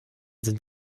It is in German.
sind